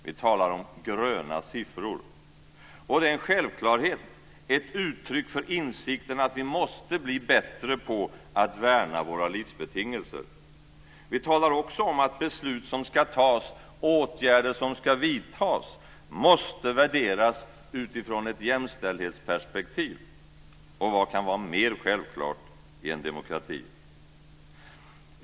Vi talar om gröna siffror. Det är en självklarhet, ett uttryck för insikten om att vi måste bli bättre på att värna våra livsbetingelser. Vi talar också om att beslut som ska fattas och åtgärder som ska vidtas måste värderas utifrån ett jämställdhetsperspektiv. Vad kan vara mer självklarhet i en demokrati?